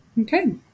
Okay